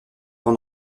camp